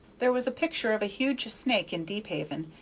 there was a picture of a huge snake in deephaven,